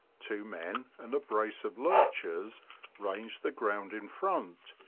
two men and a brace of lurchers range the ground in front,